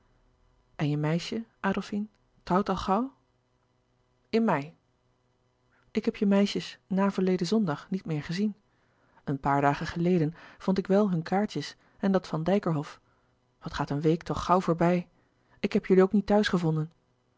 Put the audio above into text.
en je meisje adolfine trouwt al gauw in mei ik heb je meisjes na verleden zondag niet meer gezien een paar dagen geleden vond ik wel hun kaartjes en dat van dijkerhof wat gaat een week toch gauw voorbij ik heb jullie ook niet thuis gevonden